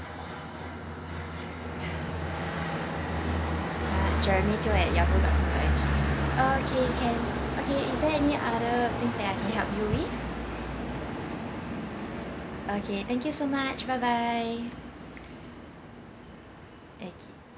ah jeremy teo at yahoo dot com dot S_G okay can okay is there any other things that I can help you with okay thank you so much bye bye